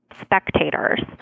spectators